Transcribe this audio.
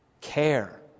Care